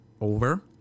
over